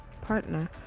partner